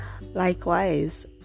Likewise